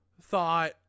thought